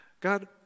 God